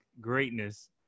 greatness